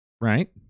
Right